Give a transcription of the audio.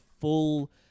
full